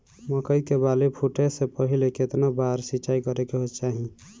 मकई के बाली फूटे से पहिले केतना बार सिंचाई करे के चाही?